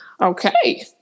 okay